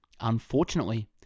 Unfortunately